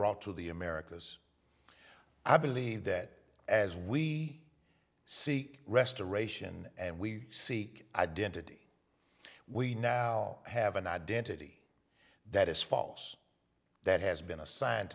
brought to the americas i believe that as we see restoration and we seek identity we now have an identity that is false that has been assigned